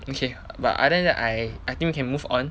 okay but other that I I think we can move on